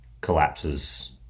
collapses